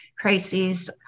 crises